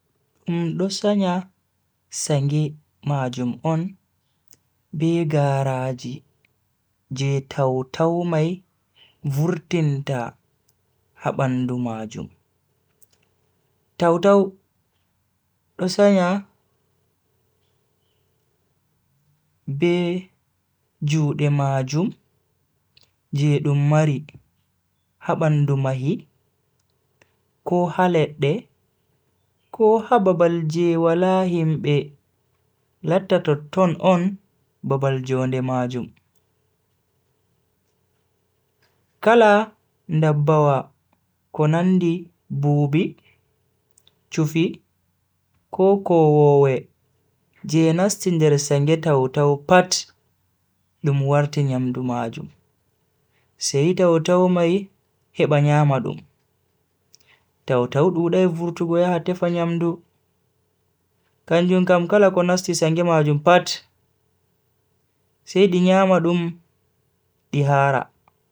Dum do sanya sange majum on be garaaji je taw-taw mai vurtinta ha bandu majum. Taw-taw do sanya be juude majum je dum mari ha bandu mahi ko ha ledde ko ha babal je wala himbe latta totton on babal jonde majum. Kala ndabbawa ko nandi buubi, chufi, ko kowoowe je nasti nder sange taw-taw pat dum warti nyamdu majum, sai taw-taw mai heba nyama dum. taw-taw dudai vurtugo yaha tefa nyamdu kanjum kam kala ko nasti sange majum pat sai di nyama dum di haara.